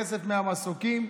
כסף מהמסוקים,